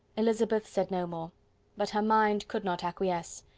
elizabeth said no more but her mind could not acquiesce.